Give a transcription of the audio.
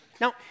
Now